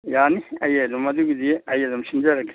ꯌꯥꯅꯤ ꯑꯩ ꯑꯗꯨꯝ ꯑꯗꯨꯒꯤꯗꯤ ꯑꯩ ꯑꯗꯨꯝ ꯁꯤꯟꯖꯔꯒꯦ